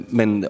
men